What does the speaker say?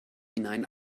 hinein